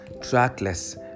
trackless